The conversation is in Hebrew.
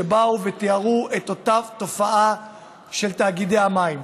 שבאו ותיארו את אותה תופעה של תאגידי המים.